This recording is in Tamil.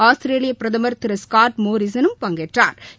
ஆஸ்திரேலியபிரதமர் திரு ஸ்காட் மோரிகனும் பங்கேற்றாா்